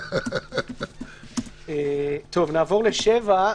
נעבור ל-7.